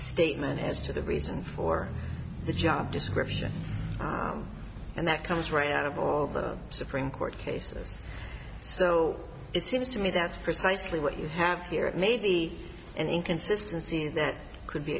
statement as to the reason for the job description and that comes right out of all the supreme court cases so it seems to me that's precisely what you have here maybe an inconsistency that could be